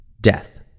death